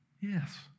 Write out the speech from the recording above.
Yes